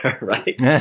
right